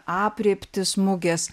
aprėptis mugės